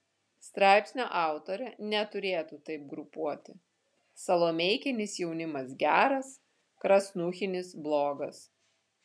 straipsnio autorė neturėtų taip grupuoti salomeikinis jaunimas geras krasnuchinis blogas